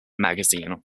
magazine